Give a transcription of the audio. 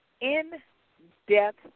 in-depth